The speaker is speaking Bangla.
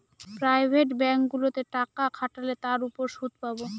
প্রাইভেট ব্যাঙ্কগুলোতে টাকা খাটালে তার উপর সুদ পাবো